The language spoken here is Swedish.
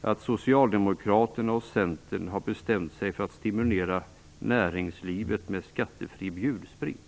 att Socialdemokraterna och Centern har bestämt sig för att stimulera näringslivet med skattefri bjudsprit.